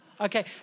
Okay